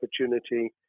opportunity